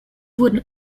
wurden